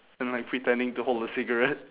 and like pretending to hold a cigarette